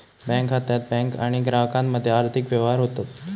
bank खात्यात bank आणि ग्राहकामध्ये आर्थिक व्यवहार होतत